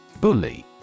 Bully